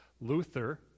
Luther